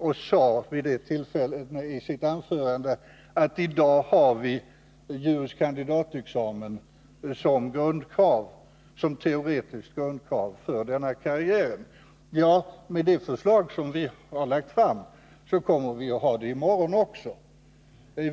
Arne Nygren sade i sitt anförande att vi i dag har juris kandidatexamen som teoretiskt grundkrav för denna karriär. Med det förslag som utskottet lagt fram kommer vi att ha det i morgon också.